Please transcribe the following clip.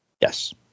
Yes